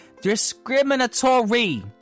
discriminatory